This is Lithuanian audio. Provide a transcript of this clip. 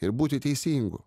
ir būti teisingu